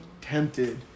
tempted